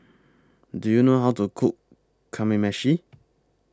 Do YOU know How to Cook Kamameshi